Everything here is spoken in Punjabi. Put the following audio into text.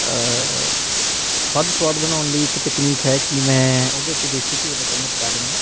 ਵੱਧ ਸਵਾਦ ਬਣਾਉਣ ਲਈ ਇੱਕ ਤਕਨੀਕ ਹੈ ਕਿ ਮੈਂ ਉਹਦੇ 'ਚ ਦੇਸੀ ਘਿਓ ਦਾ ਚਮਚ ਪਾ ਦਿੰਦਾ